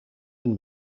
een